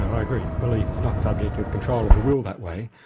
i agree, belief is not subject to the control of the will that way.